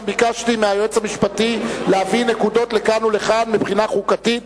גם ביקשתי מהיועץ המשפטי להביא נקודות לכאן ולכאן מבחינה חוקתית